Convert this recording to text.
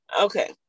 okay